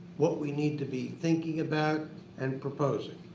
what we need to be thinking about and proposing.